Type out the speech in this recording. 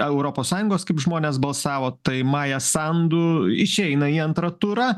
europos sąjungos kaip žmonės balsavo tai maja sandu išeina į antrą turą